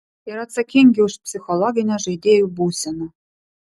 ir atsakingi už psichologinę žaidėjų būseną